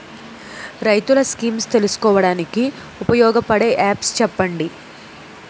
రైతులు స్కీమ్స్ తెలుసుకోవడానికి ఉపయోగపడే యాప్స్ చెప్పండి?